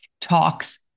talks